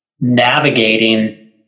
navigating